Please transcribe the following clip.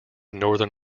northern